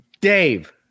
Dave